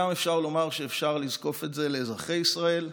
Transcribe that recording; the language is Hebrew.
גם אפשר לומר שאפשר לזקוף את זה לאזרחי ישראל,